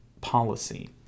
policy